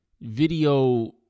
video